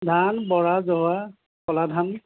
ধান বৰা জহা ক'লা ধান